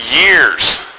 years